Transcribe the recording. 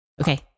okay